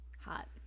Hot